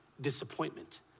disappointment